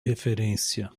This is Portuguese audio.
referência